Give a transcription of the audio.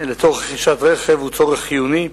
לצורך רכישת רכב הוא צורך חיוני,